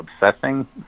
obsessing